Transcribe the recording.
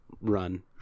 run